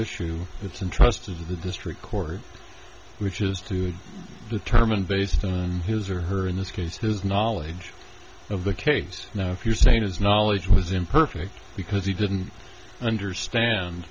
issue that's in trust of the district court which is to determine based on his or her in this case his knowledge of the case now if you're saying his knowledge was imperfect because he didn't understand